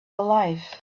alive